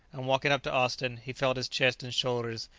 and walking up to austin he felt his chest and shoulders,